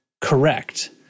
correct